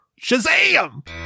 Shazam